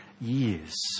years